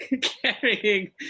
carrying